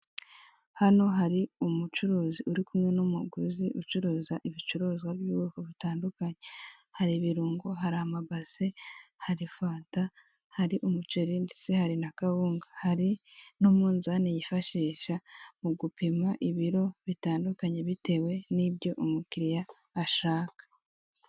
Hano hari umucuruzi, uri kumwe n'umuguzi, ucuruza ibicuruzwa by'ubwoko bitandukanye, hari ibirungo, hari amabase, hari fanta, hari umuceri n'akawunga, hari n'umunzani yifashisha mu gupima ibiro bitandukanye bitewe n'ibyo umukiliya ashaka.